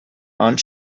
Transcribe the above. and